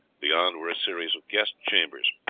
beyond were a series of guest-chambers.